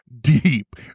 deep